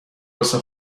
واسه